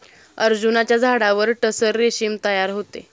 अर्जुनाच्या झाडावर टसर रेशीम तयार होते